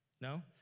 No